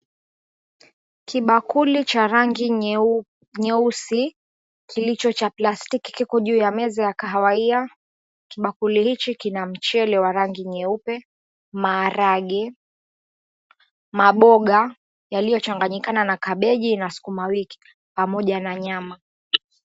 Kibakuli cha rangi nyeusi kilicho cha plastiki kiko juu ya meza ya kahawia. Kibakuli hichi kina mchele wa rangi nyeupe, maharagwe, maboga yaliyochanganyikana na kabeji na sukumawiki pamoja na nyama.